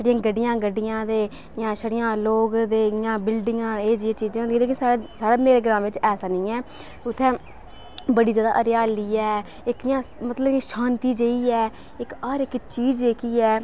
छड़ियां गड्डियां गै गड्डियां ते जां छड़ियां लोग ते इ'न्नियां बिल्डिगां होंदियां एह् जेही चीजां ते साढ़े मेरे ग्रांऽ बिच ऐसा निं ऐ ते उ'त्थें बड़ी जादा हरियाली ऐ इक इ'यां मतलब शांति जेही ऐ इक हर इक चीज जेह्की ऐ